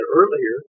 earlier